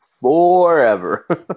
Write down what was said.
forever